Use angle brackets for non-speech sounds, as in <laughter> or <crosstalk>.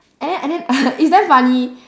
and then and then <noise> it's damn funny